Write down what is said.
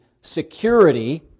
security